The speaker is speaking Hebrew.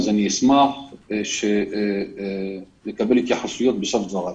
אז אני אשמח לקבל התייחסויות בסוף דבריי.